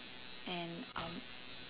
and um